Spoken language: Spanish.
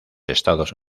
estados